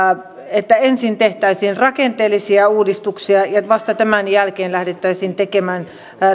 että ensin tehtäisiin rakenteellisia uudistuksia ja ja vasta tämän jälkeen lähdettäisiin tekemään